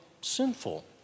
sinful